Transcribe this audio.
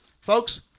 folks